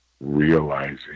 realizing